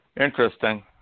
Interesting